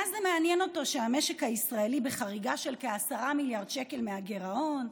מה זה מעניין אותו שהמשק הישראלי בחריגה של כ-10 מיליארד שקל מהגירעון?